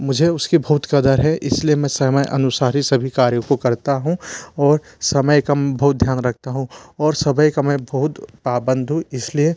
मुझे उसकी बहुत कदर है इसी लिए मैं समय अनुसार ही सभी कार्यों को करता हूँ और समय कम बहुत ध्यान रखता हूँ और का मैं बहुत पाबंध हूँ इसलिए